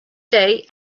day